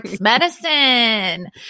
medicine